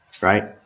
Right